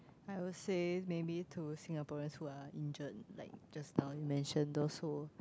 I would say maybe to Singaporeans who are injured like just now you mention those who